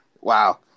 Wow